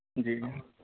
جی جی